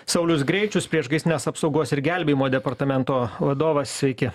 saulius greičius priešgaisrinės apsaugos ir gelbėjimo departamento vadovas sveiki